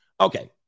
Okay